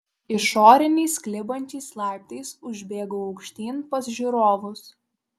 išoriniais klibančiais laiptais užbėgau aukštyn pas žiūrovus